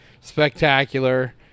spectacular